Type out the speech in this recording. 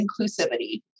inclusivity